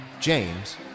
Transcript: James